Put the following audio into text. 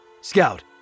Scout